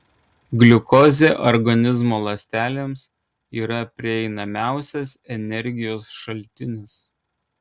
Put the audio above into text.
gliukozė organizmo ląstelėms yra prieinamiausias energijos šaltinis